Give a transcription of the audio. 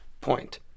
point